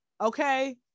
okay